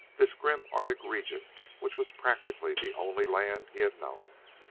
this grim arctic region which was practically the only land he had known.